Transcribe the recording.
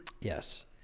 Yes